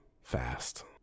fast